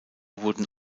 wurden